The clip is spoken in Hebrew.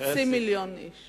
חצי מיליון איש.